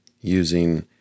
using